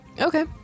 Okay